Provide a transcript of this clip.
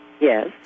Yes